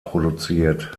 produziert